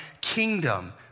kingdom